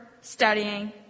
studying